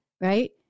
Right